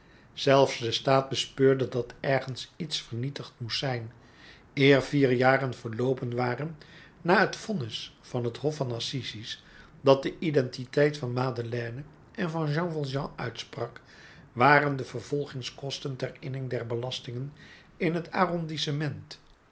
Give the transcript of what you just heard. zelfs de staat bespeurde dat ergens iets vernietigd moest zijn eer vier jaren verloopen waren na het vonnis van het hof van assises dat de identiteit van madeleine en van jean valjean uitsprak waren de vervolgingskosten ter inning der belastingen in het arrondissement